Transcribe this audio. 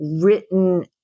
written